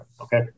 Okay